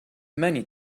many